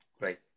Right